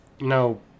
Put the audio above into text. No